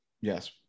Yes